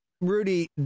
Rudy